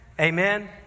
Amen